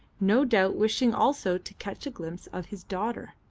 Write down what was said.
no doubt wishing also to catch a glimpse of his daughter.